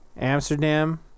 Amsterdam